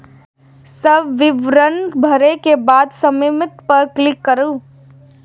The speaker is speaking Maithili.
सब विवरण भरै के बाद सबमिट पर क्लिक करू